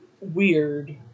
weird